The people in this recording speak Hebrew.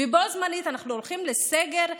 ובו זמנית אנחנו הולכים לסגר,